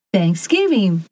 Thanksgiving